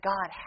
God